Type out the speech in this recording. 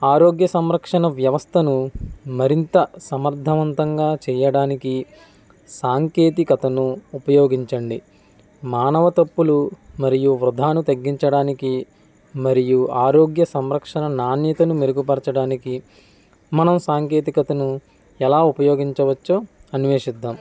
ఆరోగ్య సంరక్షణ వ్యవస్థను మరింత సమర్థవంతంగా చేయడానికి సాంకేతికతను ఉపయోగించండి మానవ తప్పులు మరియు వృధా ను తగ్గించడానికి మరియు ఆరోగ్య సంరక్షణ నాణ్యతను మెరుగుపరచడానికి మనం సాంకేతికతను ఎలా ఉపయోగించవచ్చు అన్వేషిద్దాం